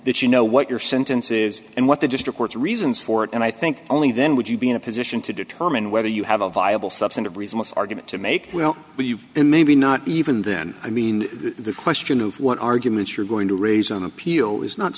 that you know what your sentence is and what the district courts reasons for it and i think only then would you be in a position to determine whether you have a viable substantive reason this argument to make you know maybe not even then i mean the question of what arguments you're going to raise on appeal is not